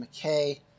McKay